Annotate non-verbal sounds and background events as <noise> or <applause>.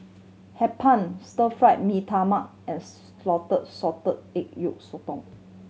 Hee Pan Stir Fried Mee Tai Mak and <unintelligible> salted egg yolk sotong